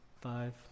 five